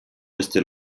restez